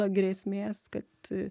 grėsmės kad